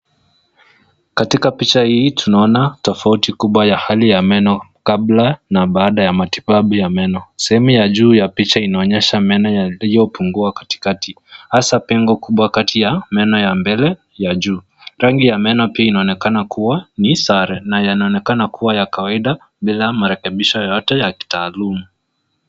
Katika picha hii tunaona tofauti kubwa ya hali ya meno kabla na baada ya matibabu ya meno. Sehemu ya juu ya picha inaonyesha meno yaliyopungua katikati hasa pengo kubwa kati ya meno ya mbele ya juu. Rangi ya meno pia inaonekana kuwa ni sare na yanaonekana kuwa ya kawaida bila marekebisho yoyote ya kitaalum.